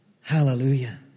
Hallelujah